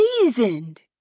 seasoned